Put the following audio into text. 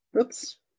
Oops